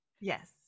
yes